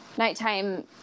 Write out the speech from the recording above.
Nighttime